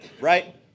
right